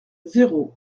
zéro